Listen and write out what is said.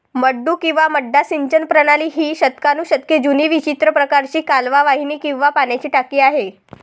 मड्डू किंवा मड्डा सिंचन प्रणाली ही शतकानुशतके जुनी विचित्र प्रकारची कालवा वाहिनी किंवा पाण्याची टाकी आहे